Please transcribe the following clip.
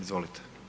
Izvolite.